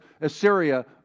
Assyria